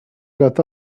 got